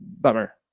bummer